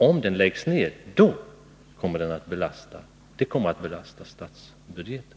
Om den läggs ned, kommer det att belasta statsbudgeten.